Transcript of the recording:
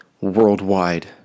worldwide